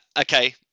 okay